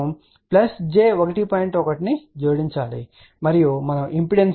1 ను జోడించాలి మరియు మనము ఇంపిడెన్స్ లో జోడించాలి